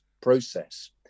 process